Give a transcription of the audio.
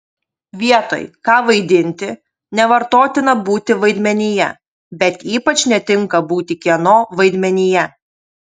vietoj ką vaidinti nevartotina būti vaidmenyje bet ypač netinka būti kieno vaidmenyje